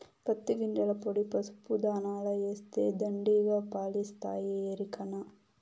పత్తి గింజల పొడి పసుపు దాణాల ఏస్తే దండిగా పాలిస్తాయి ఎరికనా